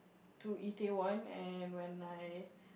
to either one and when I